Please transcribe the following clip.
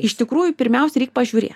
iš tikrųjų pirmiausia reik pažiūrėt